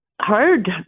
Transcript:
hard